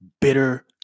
bitter